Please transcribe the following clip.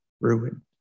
ruined